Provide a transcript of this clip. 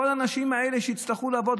כל האנשים האלה שיצטרכו לעבוד,